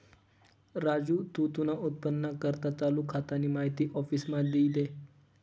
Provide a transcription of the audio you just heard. राजू तू तुना उत्पन्नना करता चालू खातानी माहिती आफिसमा दी दे